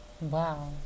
Wow